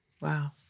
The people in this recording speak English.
Wow